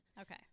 Okay